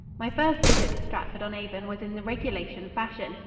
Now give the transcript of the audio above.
my first visit to stratford-on-avon was in the regulation fashion.